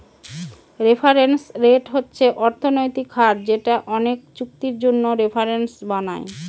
reference rate হচ্ছে অর্থনৈতিক হার যেটা অনেকে চুক্তির জন্য রেফারেন্স বানায়